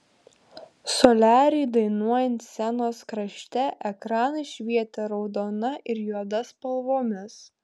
soliariui dainuojant scenos krašte ekranai švietė raudona ir juoda spalvomis